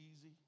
easy